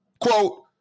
Quote